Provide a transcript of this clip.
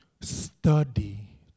study